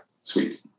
Sweet